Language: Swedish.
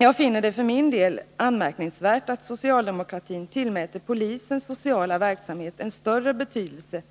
Jag finner det för min del anmärkningsvärt att socialdemokratin tillmäter polisens sociala verksamhet en större betydelse